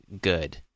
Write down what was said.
good